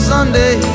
Sunday